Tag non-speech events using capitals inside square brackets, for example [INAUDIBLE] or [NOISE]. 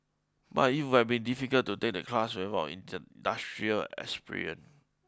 but it would have been difficult to take the class [UNINTELLIGIBLE] industrial experience